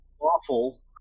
awful